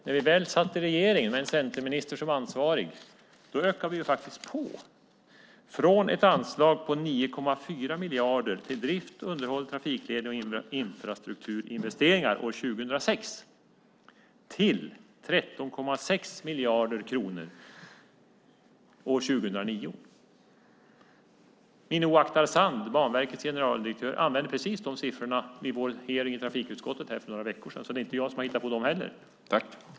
När vi väl satt i regeringen med en centerminister som ansvarig ökade vi anslaget från 9,4 miljarder till drift, underhåll, trafikledning och infrastrukturinvesteringar år 2006 till 13,6 miljarder kronor 2009. Banverkets generaldirektör Minoo Akhtarzand använde precis dessa siffror i vår hearing i trafikutskottet för några veckor sedan, så det är inte jag som har hittat på dem.